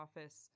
office